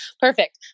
Perfect